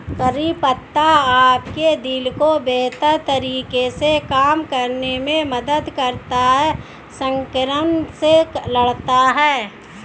करी पत्ता आपके दिल को बेहतर तरीके से काम करने में मदद करता है, संक्रमण से लड़ता है